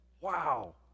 Wow